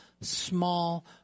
small